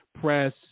press